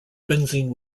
benzene